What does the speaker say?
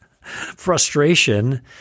frustration